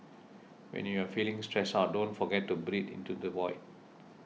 when you are feeling stressed out don't forget to breathe into the void